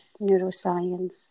neuroscience